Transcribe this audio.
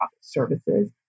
services